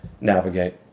navigate